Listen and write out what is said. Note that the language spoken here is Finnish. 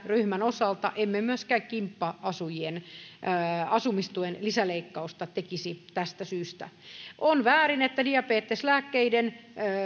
ryhmän osalta emme myöskään kimppa asujien asumistuen lisäleikkausta tekisi tästä syystä on väärin että diabeteslääkkeiden